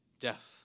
Death